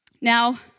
Now